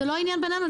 זה לא עניין בינינו,